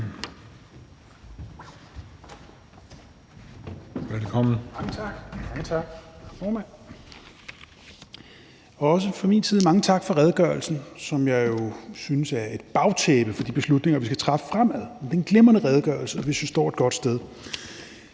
Også fra min side mange tak for redegørelsen, som jeg synes er et bagtæppe for de beslutninger, vi skal træffe fremad. Det er en glimrende redegørelse, og jeg synes, vi står et godt sted.